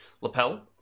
lapel